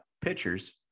pitchers